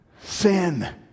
Sin